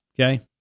okay